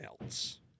else